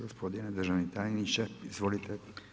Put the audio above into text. Gospodine državni tajniče izvolite.